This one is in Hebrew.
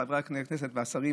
חברי הכנסת והשרים,